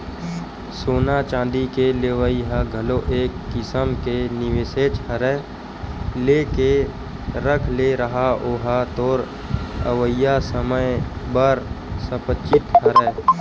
सोना चांदी के लेवई ह घलो एक किसम के निवेसेच हरय लेके रख ले रहा ओहा तोर अवइया समे बर संपत्तिच हरय